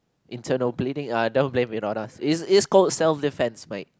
internal bleeding ah don't blame with us it it's call self defence might